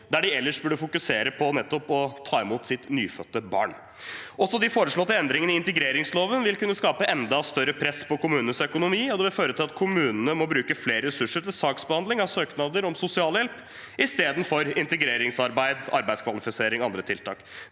der de ellers burde fokusere på nettopp å ta imot sitt nyfødte barn. De foreslåtte endringene i integreringsloven vil kunne skape enda større press på kommunenes økonomi, og det vil føre til at kommunene må bruke flere ressurser til saksbehandling av søknader om sosialhjelp istedenfor integreringsarbeid, arbeidskvalifisering og andre tiltak.